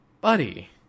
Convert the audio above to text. buddy